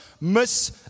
miss